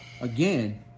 again